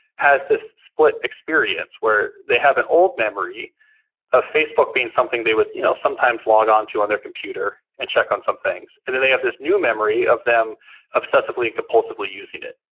has this split experience where they have an old memory of facebook being something they would you know sometimes log onto on their computer and check on some things and then they have this new memory of them obsessively and compulsively using it.